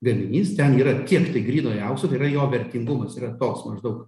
gaminys ten yra kiek tai grynojo aukso tai yra jo vertingumas yra toks maždaug